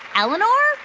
eleanor,